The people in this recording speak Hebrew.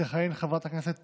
תכהן חברת הכנסת